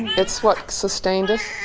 it's what sustained us,